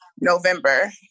November